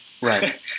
Right